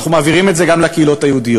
ואנחנו מעבירים את זה גם לקהילות היהודיות.